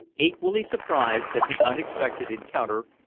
equally surprised at the unexpected encounter,